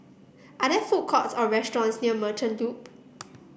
are there food courts or restaurants near Merchant Loop